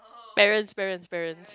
parents parents parents